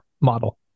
model